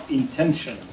intention